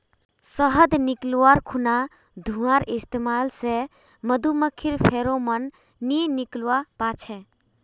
शहद निकाल्वार खुना धुंआर इस्तेमाल से मधुमाखी फेरोमोन नि निक्लुआ पाछे